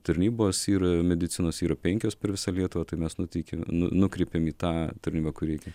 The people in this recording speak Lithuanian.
tarnybos yra medicinos yra penkios per visą lietuvą tai mes nuteikiam nukreipėm į tą tarnybą kur reikia